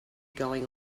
going